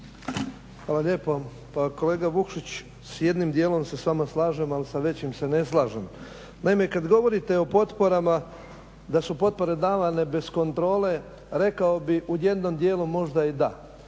Hvala lijepo. Pa kolega Vukšić, s jednim dijelom se s vama slažem, ali s većim se ne slažem. Naime kada govorite o potporama, da su potpore davane bez kontrole, rekao bih u jednom dijelu možda i da,